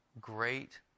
great